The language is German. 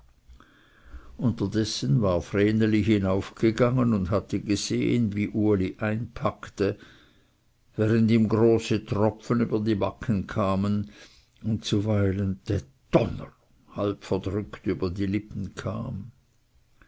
unterdessen war vreneli hinaufgegangen und hatte gesehen wie uli einpackte während ihm große tropfen über die backen kamen und zuweilen dä donner halb verdrückt über die lippen kam